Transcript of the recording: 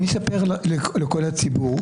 אספר לכל הציבור,